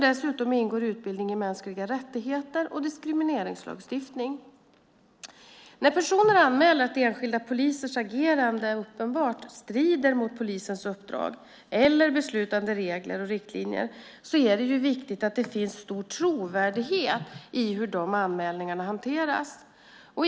Dessutom ingår utbildning i mänskliga rättigheter och diskrimineringslagstiftning. När personer anmäler att enskilda polisers agerande uppenbart strider mot polisens uppdrag eller beslutade regler och riktlinjer är det viktigt att det finns en stor trovärdighet i hur dessa anmälningar hanteras.